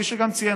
כפי שגם ציין,